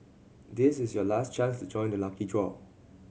this is your last chance to join the lucky draw